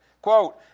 Quote